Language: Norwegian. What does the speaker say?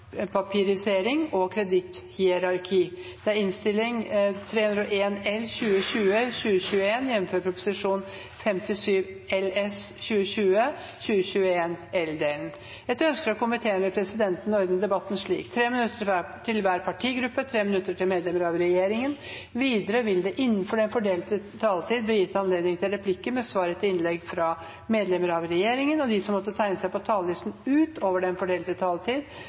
det anbefaler jeg komiteens innstilling. Fleire har ikkje bedt om ordet til sak nr. 22. Etter ynske frå familie- og kulturkomiteen vil presidenten ordna debatten slik: 3 minutt til kvar partigruppe og 3 minutt til medlemer av regjeringa. Vidare vil det – innanfor den fordelte taletida – verta gjeve anledning til inntil seks replikkar med svar etter innlegg frå medlemer av regjeringa, og dei talarane som måtte teikna seg på talarlista utover den fordelte taletida, får også ei taletid